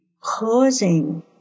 causing